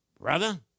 brother